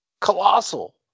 Colossal